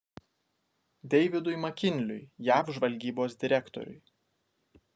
deividui makinliui jav žvalgybos direktoriui